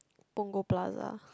Punggol Plaza